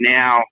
now